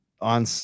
on